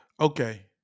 Okay